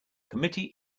committee